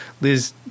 Liz